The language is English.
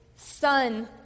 Son